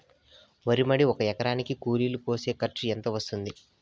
వరి మడి ఒక ఎకరా కూలీలు కోసేకి ఖర్చు ఎంత వస్తుంది?